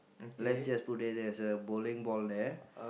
let's just put it there is a bowling ball there